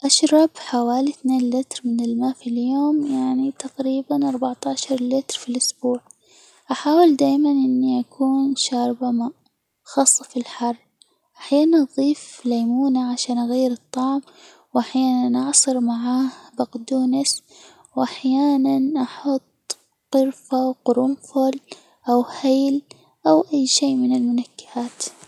أشرب حوالي اثنين لتر من الماء في اليوم، يعني تقريبا أربعة عشر لتر في الأسبوع، أحاول دايمًا أني أكون شاربة ماء خاصة في الحر، أحيانًا أضيف ليمونة عشان أغير الطعم، وأحيانًا أعصر معاه بقدونس ، وأحيانًا أحط قرفة وقرنفل أو هيل أو أي شيء من المنكهات.